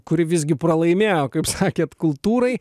kuri visgi pralaimėjo kaip sakėt kultūrai